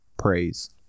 praise